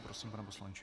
Prosím, pane poslanče.